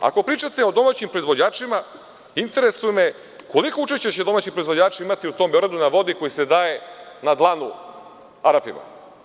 Ako pričate o domaćim proizvođačima, interesuje me koliko učešće će domaći proizvođači imati u tom Beogradu na vodi koji se daje na dlanu Arapima.